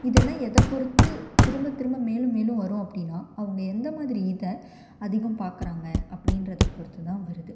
இதெல்லாம் எதை பொறுத்து திரும்ப திரும்ப மேலும் மேலும் வரும் அப்படினா அவங்க எந்த மாதிரி இதை அதிகம் பார்க்குறாங்க அப்படின்றத பொறுத்துதான் வருது